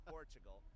Portugal